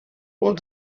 what